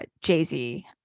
Jay-Z